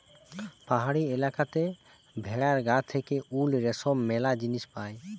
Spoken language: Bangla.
পাহাড়ি এলাকাতে ভেড়ার গা থেকে উল, রেশম ম্যালা জিনিস পায়